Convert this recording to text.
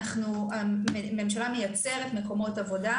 הממשלה מייצרת מקומות עבודה,